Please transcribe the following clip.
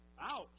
Ouch